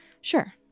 sure